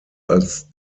als